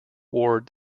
ward